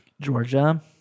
Georgia